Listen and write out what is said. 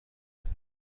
بود